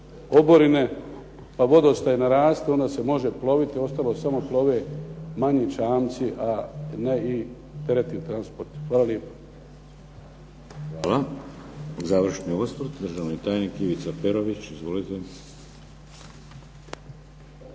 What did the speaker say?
oborine pa vodostaj naraste onda se može ploviti, ostalo samo plove manji čamci a ne i teretni transport. Hvala lijepo. **Šeks, Vladimir (HDZ)** Hvala. Završni osvrt državni tajnik Ivica Perović. Izvolite.